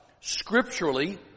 Scripturally